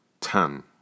ten